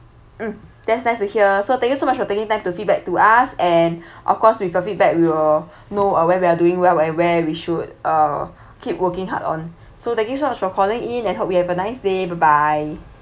mm that's nice to hear so thank you so much for taking time to feedback to us and of course with your feedback we will know uh where we're doing well and where we should uh keep working hard on so thank you so much for calling in and hope you have a nice day bye bye